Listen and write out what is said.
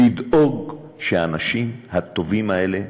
לדאוג מייד שהאנשים הטובים האלה,